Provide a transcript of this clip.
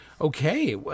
okay